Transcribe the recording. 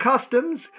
customs